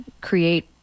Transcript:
create